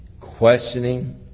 questioning